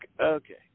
Okay